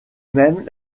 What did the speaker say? même